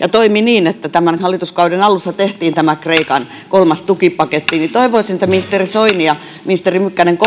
ja toimi niin että tämän hallituskauden alussa tehtiin kreikan kolmas tukipaketti niin toivoisin että kommentoisitte ministeri soini ja ministeri mykkänen